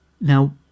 Now